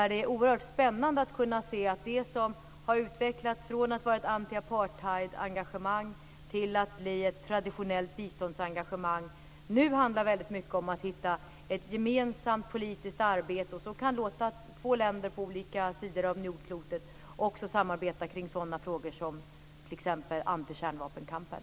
Det är oerhört spännande att se hur det som har utvecklats från att ha varit ett antiapartheidengagemang till att bli ett traditionellt biståndsengagemang nu handlar väldigt mycket om att hitta ett gemensamt politiskt arbete som kan låta två länder på olika sidor om jordklotet också samarbeta kring sådana frågor som t.ex. antikärnvapenkampen.